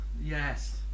Yes